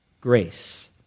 grace